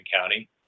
County